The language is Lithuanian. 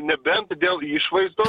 nebent dėl išvaizdo